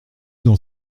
dans